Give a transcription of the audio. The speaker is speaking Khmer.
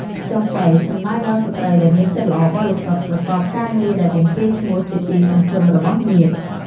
ចំប៉ី សំដៅដល់ស្រ្តីដែលមានចិត្តល្អបរិសុទ្ធ ប្រកបកាងារដែលមានកេរ្តិ៍ឈ្មោះជាទីសង្ឃឹមរបស់ញាតិ។